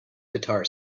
guitar